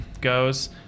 goes